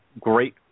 great